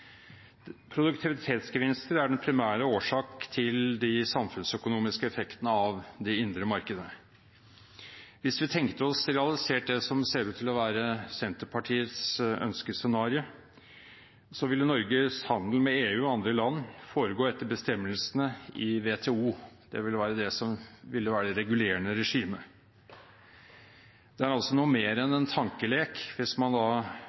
Produktivitetsgevinster er den primære årsak til de samfunnsøkonomiske effektene av de indre markedene. Hvis vi tenkte oss realisert det som ser ut til å være Senterpartiets ønskescenario, ville Norges handel med EU og andre land foregå etter bestemmelsene i WTO, det ville være det som ville være det regulerende regime. Det er altså noe mer enn en tankelek hvis man